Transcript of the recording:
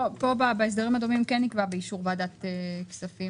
בהסדרים הדומים כן נקבע "באישור ועדת הכספים".